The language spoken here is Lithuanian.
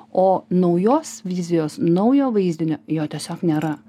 o naujos vizijos naujo vaizdinio jo tiesiog nėra